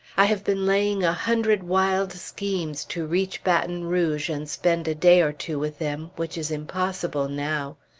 i have been laying a hundred wild schemes to reach baton rouge and spend a day or two with them, which is impossible now.